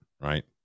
Right